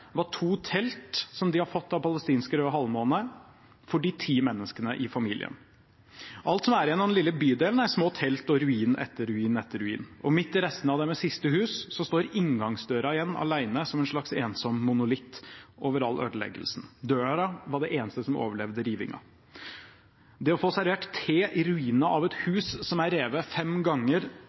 var to telt som de har fått av palestinske Røde Halvmåne, for de ti menneskene i familien. Alt som er igjen av den lille bydelen, er små telt og ruin etter ruin etter ruin. Midt i restene av deres siste hus står inngangsdøra igjen alene, som en slags ensom monolitt over all ødeleggelsen. Døra var det eneste som overlevde rivingen. Det å få servert te i ruinene av et hus som er revet fem ganger,